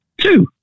two